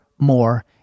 more